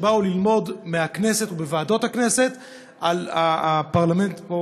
שבאו ללמוד מהכנסת ובוועדות הכנסת על הפרלמנט פה,